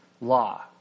law